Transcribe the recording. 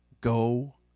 go